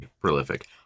prolific